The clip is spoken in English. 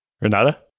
Renata